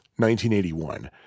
1981